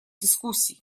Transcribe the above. дискуссий